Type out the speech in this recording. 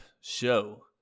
show